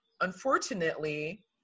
unfortunately